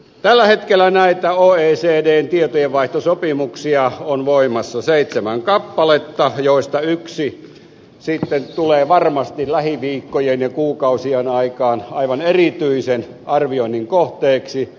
tällä hetkellä näitä oecdn tietojenvaihtosopimuksia on voimassa seitsemän kappaletta joista yksi tulee varmasti lähiviikkojen ja kuukausien aikana aivan erityisen arvioinnin kohteeksi